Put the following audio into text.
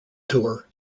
tour